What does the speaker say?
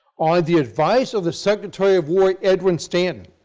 on the advice of the secretary of war edwin stanton,